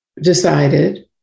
decided